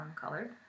colored